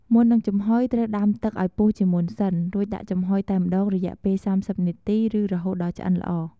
មុននឹងចំហុយត្រូវដាំទឹកឱ្យពុះជាមុនសិន រួចដាក់ចំហុយតែម្ដងរយៈពេល៣០នាទីឬរហូតដល់ឆ្អិនល្អ។